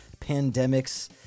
pandemics